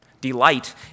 Delight